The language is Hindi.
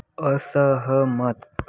असहमत